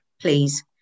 please